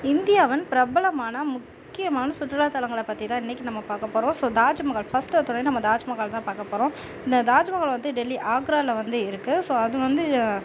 இந்தியாவின் பிரபலமான முக்கியமான சுற்றுலாத்தளங்களை பற்றி தான் இன்னிக்கு நம்ம பார்க்க போகிறோம் ஸோ தாஜு மகால் ஃபஸ்ட்டு எடுத்தோன்னே நம்ம தாஜ் மகால் தான் பார்க்க போகிறோம் இந்த தாஜு மகாலை வந்து டெல்லி ஆக்ராவில் வந்து இருக்குது ஸோ அது வந்து